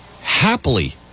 happily